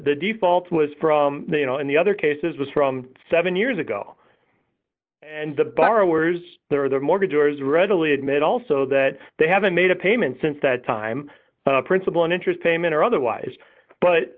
the default was from you know in the other cases was from seven years ago and the borrowers that are their mortgage orders readily admit also that they haven't made a payment since that time principal and interest payment or otherwise but